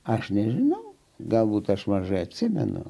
aš nežinau galbūt aš mažai atsimenu